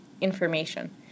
Information